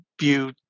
view –